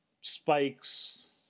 spikes